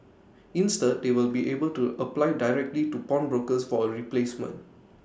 instead they will be able to apply directly to pawnbrokers for A replacement